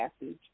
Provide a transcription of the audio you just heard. passage